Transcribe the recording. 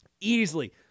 Easily